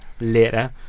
later